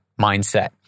mindset